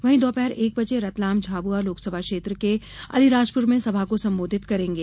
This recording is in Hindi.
वहीं दोपहर एक बजे रतलाम झाबुआ लोकसभा क्षेत्र के अलीराजपुर में सभा को संबोधित करेंगे